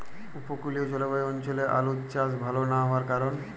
উপকূলীয় জলবায়ু অঞ্চলে আলুর চাষ ভাল না হওয়ার কারণ?